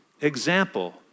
example